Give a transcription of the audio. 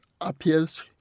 appears